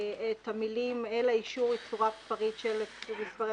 את המילים "אל האישור יצורף פירוט של מספרי